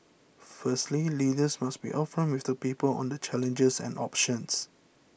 firstly leaders must be upfront with the people on the challenges and options